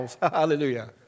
hallelujah